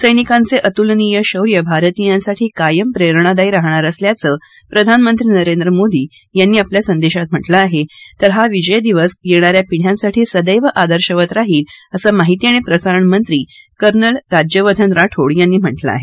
सर्विकांचे अत्नलीय शौर्य भारतीयांसाठी कायम प्रेरणादायी राहाणार असल्याचं प्रधानमंत्री नरेंद्र मोदी यांनी आपल्या संदेशात म्हा लं आहे तर हा विजय दिवस येणाऱ्या पिढ्यांसाठी सद्दा आदर्शवत राहील असं माहिती आणि प्रसारणमंत्री कर्नल राज्यवर्धन राठोड यांनी म्हा क्रिं आहे